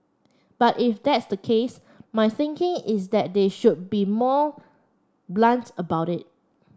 but if that's the case my thinking is that they should be more blunts about it